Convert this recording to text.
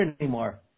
anymore